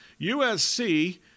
USC